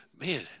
Man